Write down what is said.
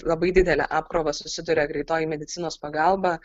labai didele apkrova susiduria greitoji medicinos pagalba